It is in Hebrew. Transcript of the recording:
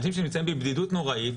אנשים שנמצאים בבדידות נוראית.